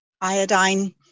iodine